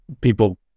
people